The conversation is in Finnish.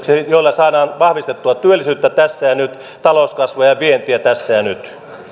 joilla saadaan vahvistettua työllisyyttä tässä ja nyt talouskasvua ja vientiä tässä ja nyt